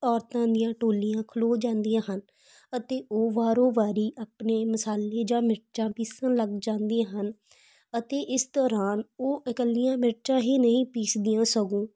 ਔਰਤਾਂ ਦੀਆਂ ਟੋਲੀਆਂ ਖਲੋ ਜਾਂਦੀਆਂ ਹਨ ਅਤੇ ਉਹ ਵਾਰੀ ਵਾਰੀ ਆਪਣੇ ਮਸਾਲੇ ਜਾਂ ਮਿਰਚਾਂ ਪੀਸਣ ਲੱਗ ਜਾਂਦੀਆਂ ਹਨ ਅਤੇ ਇਸ ਦੌਰਾਨ ਉਹ ਇਕੱਲੀਆਂ ਮਿਰਚਾਂ ਹੀ ਨਹੀਂ ਪੀਸਦੀਆਂ ਸਗੋਂ